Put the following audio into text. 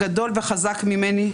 גדול וחזק ממני,